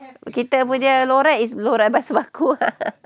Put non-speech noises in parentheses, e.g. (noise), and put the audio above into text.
kita punya loghat is loghat bahasa baku (laughs)